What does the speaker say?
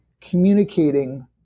communicating